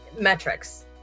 metrics